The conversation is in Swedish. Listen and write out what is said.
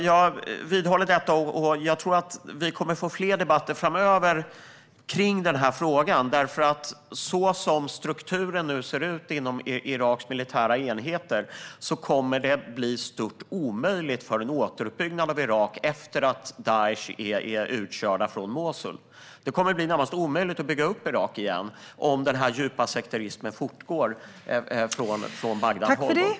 Jag tror att vi kommer att få fler debatter framöver kring den här frågan, därför att så som strukturen nu ser ut inom Iraks militära enheter kommer det att bli stört omöjligt med en återuppbyggnad av Irak efter att Daish är utkörda från Mosul. Det kommer att bli närmast omöjligt att bygga upp Irak igen om denna djupa sekterism fortgår från Bagdadhåll.